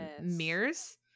mirrors